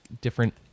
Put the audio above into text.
different